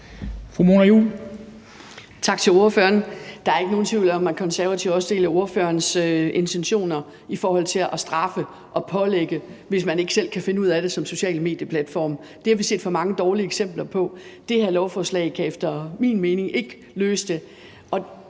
Mona Juul (KF): Tak til ordføreren. Der er ikke nogen tvivl om, at Konservative også deler ordførerens intentioner i forhold til at straffe og pålægge, hvis man ikke selv kan finde ud af det som social medieplatform. Det har vi set for mange dårlige eksempler på. Det her lovforslag kan efter min mening ikke løse